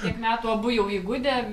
tiek metų abu jau įgudę